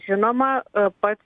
žinoma pats